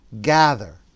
gather